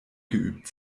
geübt